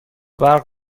برق